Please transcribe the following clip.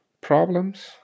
problems